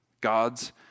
God's